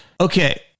Okay